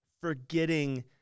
forgetting